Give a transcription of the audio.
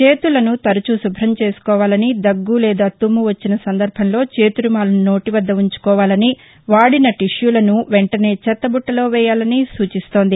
చేతులను తరచూ శుభ్రం చేసుకోవాలని దగ్గు లేదా తుమ్ము వచ్చిన సందర్బంలో చేతురుమాలును నోటి వద్ద ఉంచుకోవాలని వాడిన టిష్యూలను వెంటనే చెత్తబుట్లలో వేయాలని సూచిస్తోంది